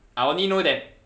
I only know that